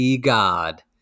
god